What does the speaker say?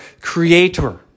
creator